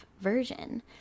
version